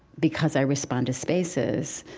because i respond to spaces,